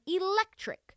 electric